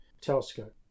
telescope